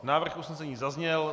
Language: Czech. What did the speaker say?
Návrh usnesení zazněl.